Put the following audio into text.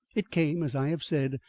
it came, as i have said,